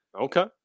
okay